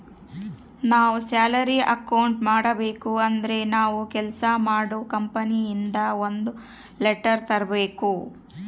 ನಾವ್ salary account ಮಾಡಬೇಕು ಅಂದ್ರೆ ನಾವು ಕೆಲ್ಸ ಮಾಡೋ ಕಂಪನಿ ಇಂದ ಒಂದ್ ಲೆಟರ್ ತರ್ಬೇಕು